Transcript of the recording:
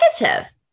negative